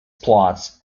plots